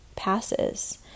Passes